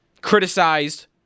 criticized